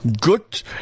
good